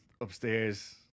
upstairs